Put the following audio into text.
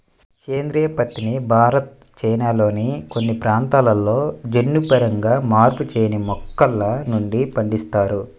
సేంద్రీయ పత్తిని భారత్, చైనాల్లోని కొన్ని ప్రాంతాలలో జన్యుపరంగా మార్పు చేయని మొక్కల నుండి పండిస్తారు